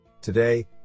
Today